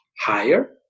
higher